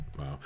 Wow